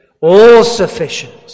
all-sufficient